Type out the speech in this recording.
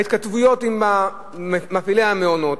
ההתכתבויות עם מפעילי המעונות,